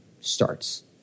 starts